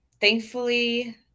Thankfully